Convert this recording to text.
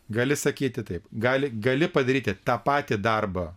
gali sakyti taip gali gali padaryti tą patį darbą